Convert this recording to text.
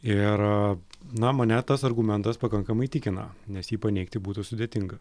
ir na mane tas argumentas pakankamai įtikina nes jį paneigti būtų sudėtinga